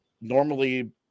normally